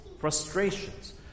frustrations